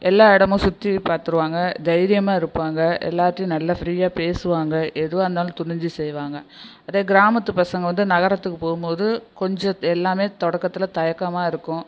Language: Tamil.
எல்லா இடமும் சுற்றி பார்த்துருவாங்க தைரியமாக இருப்பாங்க எல்லார்த்தையும் நல்லா ஃப்ரீயாக பேசுவாங்க எதுவாகருந்தாலும் துணிஞ்சு செய்வாங்க அதே கிராமத்து பசங்க வந்து நகரத்துக்கு போகும்போது கொஞ்சம் எல்லாமே தொடக்கத்தில் தயக்கமாக இருக்கும்